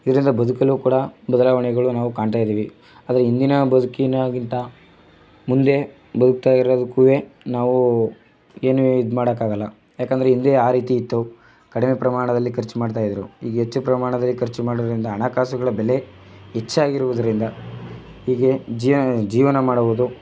ಇದರಿಂದ ಬದುಕಲು ಕೂಡ ಬದಲಾವಣೆಗಳು ನಾವು ಕಾಣ್ತಾಯಿದ್ದೀವಿ ಆದರೆ ಹಿಂದಿನ ಬದುಕಿಗಿಂತ ಮುಂದೆ ಬದುಕ್ತಾಯಿರೋದಕ್ಕೂ ನಾವು ಏನು ಇದು ಮಾಡೋಕ್ಕಾಗಲ್ಲ ಏಕೆಂದ್ರೆ ಹಿಂದೆ ಆ ರೀತಿ ಇತ್ತು ಕಡಿಮೆ ಪ್ರಮಾಣದಲ್ಲಿ ಖರ್ಚು ಮಾಡ್ತಾಯಿದ್ರು ಈಗ ಹೆಚ್ಚು ಪ್ರಮಾಣದಲ್ಲಿ ಖರ್ಚು ಮಾಡುವುದರಿಂದ ಹಣಕಾಸುಗಳ ಬೆಲೆ ಹೆಚ್ಚಾಗಿರುವುದರಿಂದ ಹೀಗೆ ಜೀವನ ಮಾಡುವುದು